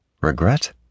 Regret